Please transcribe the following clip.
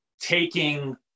taking